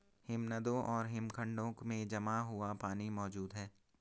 हिमनदों और हिमखंडों में जमा हुआ पानी मौजूद हैं